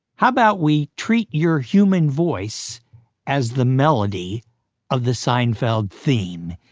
how about we treat your human voice as the melody of the seinfeld theme?